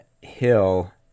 Hill